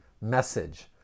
message